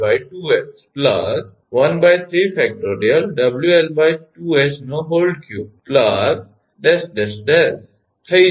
𝑊𝐿2𝐻3 ⋯ થઈ જશે